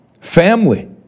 Family